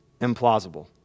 Implausible